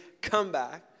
comeback